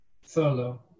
furlough